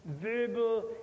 verbal